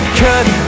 cut